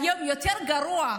יותר גרוע,